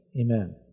amen